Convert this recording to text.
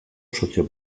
sozio